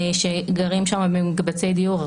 שגרים שם במקבצי דיור,